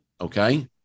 Okay